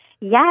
Yes